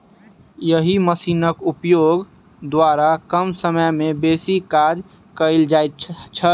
एहि मशीनक उपयोग द्वारा कम समय मे बेसी काज कयल जाइत छै